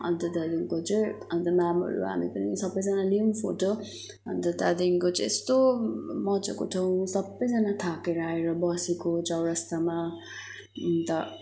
अन्त त्यहाँदेखिको चाहिँ अन्त म्यामहरू हामी पनि सबैजना लियौँ फोटो अन्त त्यहाँदेखिको चाहिँ यस्तो मजाको ठाउँ सबैजना थाकेर आएर बसेको चौरस्तामा अन्त